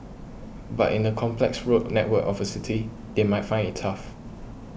but in the complex road network of a city they might find it tough